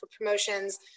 promotions